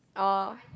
oh